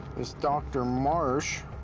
this dr. marsh,